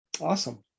Awesome